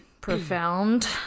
profound